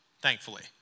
Thankfully